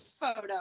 photo